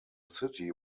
city